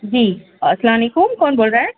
جی السّلام علیکم کون بول رہا ہے